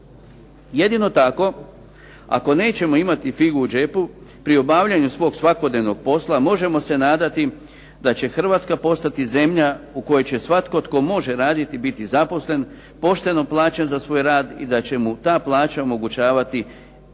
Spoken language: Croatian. Jedino tako ako nećemo imati figu u džepu pri obavljanju svog svakodnevnog posla možemo se nadati da će Hrvatska postati zemlja u kojoj će svatko tko može raditi biti zaposlen, pošteno plaćen za svoj rad i da će mu ta plaća omogućavati